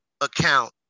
account